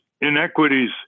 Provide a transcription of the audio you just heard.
inequities